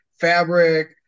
fabric